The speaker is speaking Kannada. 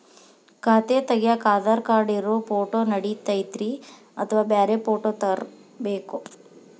ಖಾತೆ ತಗ್ಯಾಕ್ ಆಧಾರ್ ಕಾರ್ಡ್ ಇರೋ ಫೋಟೋ ನಡಿತೈತ್ರಿ ಅಥವಾ ಬ್ಯಾರೆ ಫೋಟೋ ತರಬೇಕೋ?